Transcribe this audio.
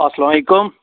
اَسلام علیکُم